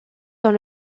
dans